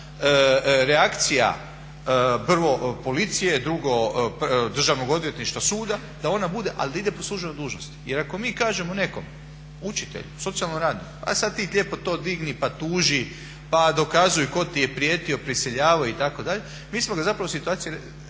reakcija prvo policije, drugo državnog odvjetništva, suda, da ona bude ali da ide po službenoj dužnosti. Jer ako mi kažemo nekom učitelju, socijalnom radniku ajd sad ti lijepo to digni pa tuži, pa dokazuj tko ti je prijetio, prisiljavao itd., mi smo ga zapravo u situaciju